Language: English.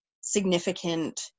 significant